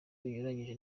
binyuranyije